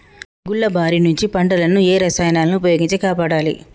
తెగుళ్ల బారి నుంచి పంటలను ఏ రసాయనాలను ఉపయోగించి కాపాడాలి?